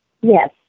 Yes